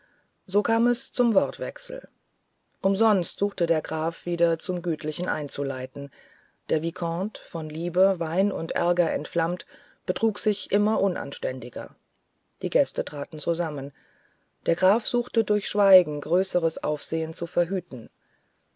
so kam es zum wortwechsel umsonst suchte der graf wieder zum gütlichen einzuleiten der vicomte von liebe wein und ärger entflammt betrug sich immer unanständiger die gäste traten zusammen der graf suchte durch schweigen größeres aufsehen zu verhüten